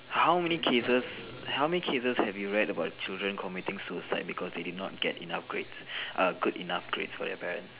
how many cases how many cases have you read about children committing suicide because they did not get enough grades err good enough grades for their parents